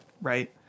right